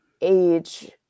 age